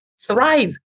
thrive